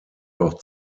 auch